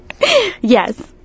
Yes